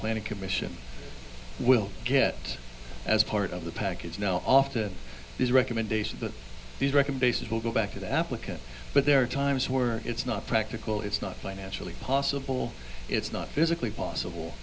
planning commission will get as part of the package now often these recommendations that these record bases will go back to the applicant but there are times where it's not practical it's not financially possible it's not physically possible